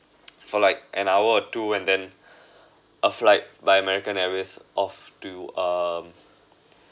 for like an hour or two and then a flight by american airways off to um